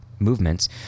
movements